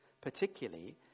particularly